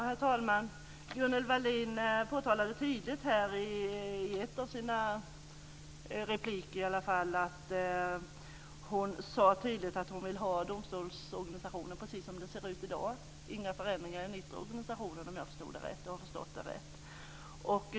Herr talman! Gunnel Wallin påpekade tidigare i en av sina repliker att hon ville att domstolsorganisationen skulle se ut precis som den gör i dag. Det skulle inte ske några förändringar i organisationen, om jag förstod det rätt.